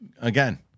Again